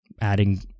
adding